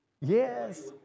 Yes